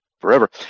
forever